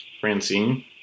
Francine